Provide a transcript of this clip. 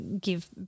give